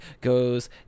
goes